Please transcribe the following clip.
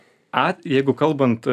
a jeigu kalbant